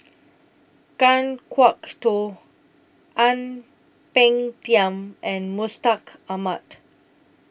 Kan Kwok Toh Ang Peng Tiam and Mustaq Ahmad